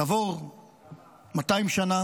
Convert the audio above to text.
כעבור 200 שנה